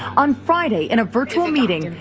on friday, in a virtual meeting,